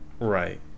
Right